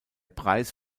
preis